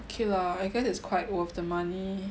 okay lah I guess it's quite worth the money